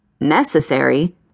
Necessary